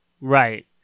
Right